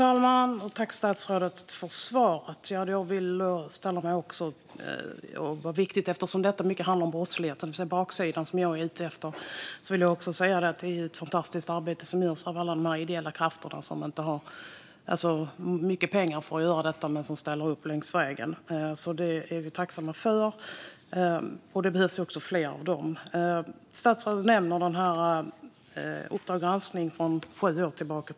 Fru talman! Jag tackar statsrådet för svaret. Det här är viktiga frågor. De handlar om brottsligheten, det vill säga baksidan av dessa frågor. Men jag vill också säga att alla dessa ideella krafter utför ett fantastiskt arbete. De får inte mycket pengar för arbetet, men de ställer upp längs vägen. Det är vi tacksamma för, och det behövs fler av dem. Statsrådet nämnde reportaget i Uppdrag granskning från sju år tillbaka.